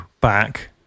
back